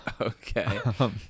okay